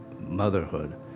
motherhood